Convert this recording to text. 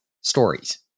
stories